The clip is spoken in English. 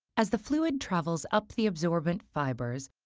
as the fluid travels up the absorbent fibers,